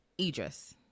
Idris